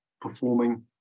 performing